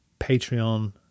Patreon